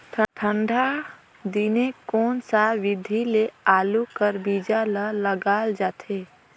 ठंडा दिने कोन सा विधि ले आलू कर बीजा ल लगाल जाथे?